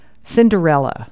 Cinderella